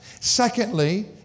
Secondly